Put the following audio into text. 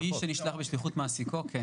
מי שנשלח בשליחות מעסיקו, כן.